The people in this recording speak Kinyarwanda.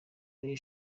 ariyo